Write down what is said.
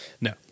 No